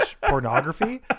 pornography